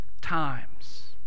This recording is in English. times